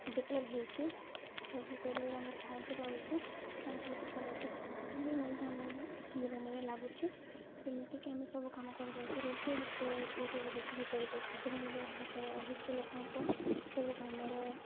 develop ହେଇଛି ସବୁ କରିବାରେ ଆମେ ସାହାଯ୍ୟ ପାଉଛୁ ଆଉ କିଛି ସାହାଯ୍ୟ ବି ମଧ୍ୟ ଆମ ଜୀବନରେ ଲାଗୁଛି ଯେମିତିକି ଆମେ ସବୁ କାମ କରିପାରୁଛୁ ରୋଷେଇ ବି ସେ ୟୁଟ୍ୟୁବ୍ରେ ଦେଖିକି କରିପାରୁଛୁ ସୋସିଆଲ୍ ମିଡ଼ିଆ ହେଲା ପରେ ଅଧିକ ଲୋକଙ୍କ ସବୁ କାମରେ